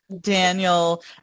Daniel